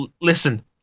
Listen